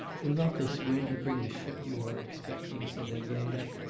will not this wind bring the ship you are expecting said elena.